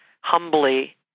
humbly